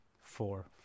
four